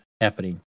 happening